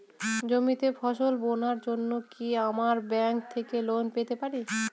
জমিতে ফসল বোনার জন্য কি আমরা ব্যঙ্ক থেকে লোন পেতে পারি?